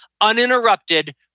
uninterrupted